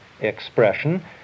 expression